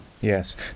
Yes